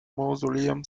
mausoleum